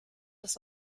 das